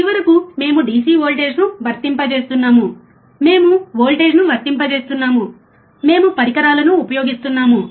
చివరకు మేము DC వోల్టేజ్ను వర్తింపజేస్తున్నాము మేము వోల్టేజ్ను వర్తింపజేస్తున్నాము మేము పరికరాలను ఉపయోగిస్తున్నాము